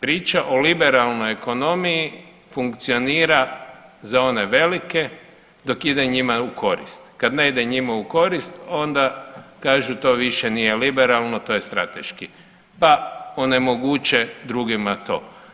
Priča o liberalnoj ekonomiji funkcionira za one velike dok ide njima u korist, kad ne ide njima u korist onda kažu to više nije liberalno to je strateški, pa onemoguće drugima to.